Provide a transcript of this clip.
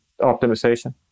optimization